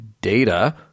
Data